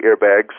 airbags